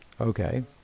Okay